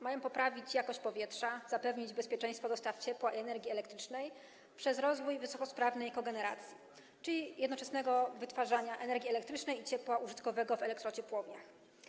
Mają poprawić jakość powietrza, zapewnić bezpieczeństwo dostaw ciepła i energii elektrycznej poprzez rozwój wysokosprawnej kogeneracji, czyli jednoczesnego wytwarzania energii elektrycznej i ciepła użytkowego w elektrociepłowniach.